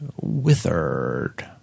Withered